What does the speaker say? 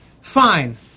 fine